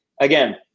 Again